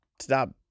stop